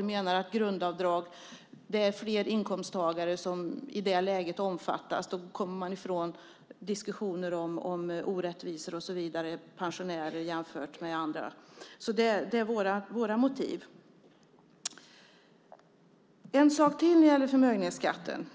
Vi menar att grundavdraget omfattar fler inkomsttagare, och då kommer vi ifrån diskussioner om orättvisor, pensionärer jämfört med andra och så vidare. Det är våra motiv. Det finns en sak till när det gäller förmögenhetsskatten.